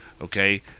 okay